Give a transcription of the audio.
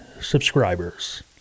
subscribers